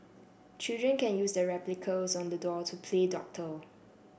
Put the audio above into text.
children can use the replicas on the dolls to play doctor